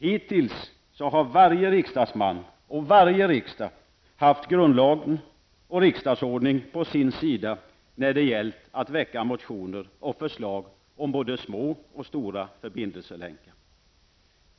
Hittills har varje riksdagsman och varje riksdag haft grundlagen och riksdagsordningen på sin sida när det gällt att väcka motioner och förslag om både små och stora förbindelselänkar.